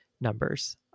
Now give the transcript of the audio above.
numbers